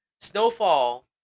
Snowfall